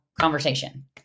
conversation